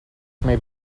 may